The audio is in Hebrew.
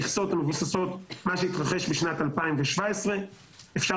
המכסות מבוססות על מה שהתרחש בשנת 2017. אפשר